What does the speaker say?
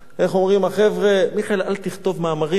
איך אומרים החבר'ה: מיכאל, אל תכתוב מאמרים,